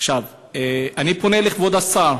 עכשיו, אני פונה לכבוד השר,